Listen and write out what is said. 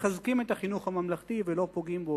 מחזקים את החינוך הממלכתי ולא פוגעים בו.